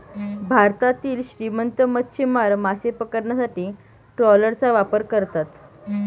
भारतातील श्रीमंत मच्छीमार मासे पकडण्यासाठी ट्रॉलरचा वापर करतात